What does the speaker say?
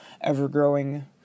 ever-growing